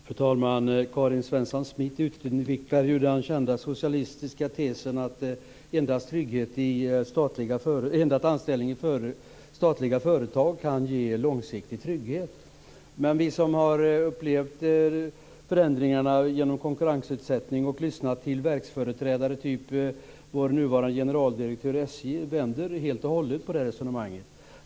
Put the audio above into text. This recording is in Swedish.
Fru talman! Karin Svensson Smith utvecklar den kända socialistiska tesen att endast anställning i statliga företag kan ge långsiktig trygghet, men vi som har upplevt förändringarna genom konkurrensutsättning och som har lyssnat till verksföreträdare av typen vår nuvarande generaldirektör för SJ får nu höra att man helt och hållet vänder på det resonemanget.